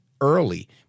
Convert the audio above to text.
early